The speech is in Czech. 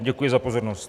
Děkuji za pozornost.